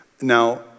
Now